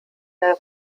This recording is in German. der